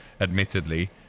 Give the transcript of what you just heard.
Admittedly